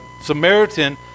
Samaritan